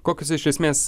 kokius iš esmės